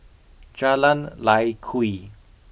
Jalan Lye Kwee